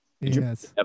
Yes